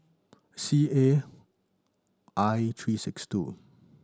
C A I three six two